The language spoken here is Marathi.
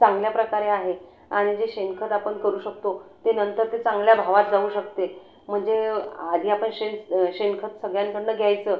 चांगल्या प्रकारे आहे आणि जे शेणखत आपन करू शकतो ते नंतर ते चांगल्या भावात जाऊ शकते म्हणजे आधी आपण शेण शेणखत सगळ्यांकडनं घ्यायचं